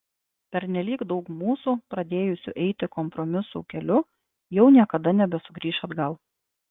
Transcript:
pernelyg daug mūsų pradėjusių eiti kompromisų keliu jau niekada nebesugrįš atgal